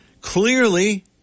clearly